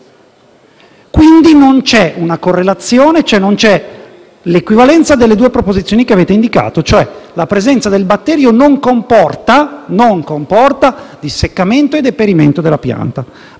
Quindi non c'è una correlazione e non c'è l'equivalenza tra le due proposizioni che avete indicato, ovvero la presenza del batterio non comporta disseccamento e deperimento della pianta.